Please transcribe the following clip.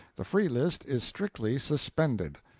the free list is strict ly suspended.